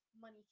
money